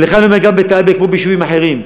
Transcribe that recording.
ולך אני אומר, גם בטייבה, כמו ביישובים אחרים,